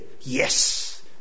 Yes